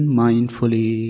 mindfully